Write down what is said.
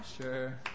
Sure